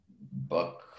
book